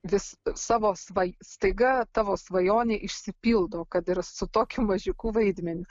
vis savo svai staiga tavo svajonė išsipildo kad ir su tokiu mažiuku vaidmeniu